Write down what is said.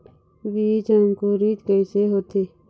बीज अंकुरित कैसे होथे?